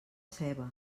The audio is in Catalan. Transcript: ceba